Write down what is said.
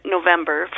November